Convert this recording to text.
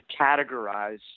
categorize